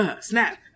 snap